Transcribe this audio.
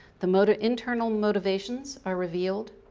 the but internal motivations are revealed,